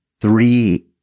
three